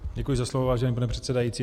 Děkuji za slovo, vážený pane předsedající.